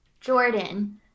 Jordan